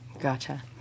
Gotcha